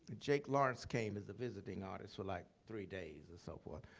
jake lawrence came as a visiting artist, for like three days and so forth.